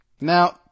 Now